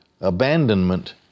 abandonment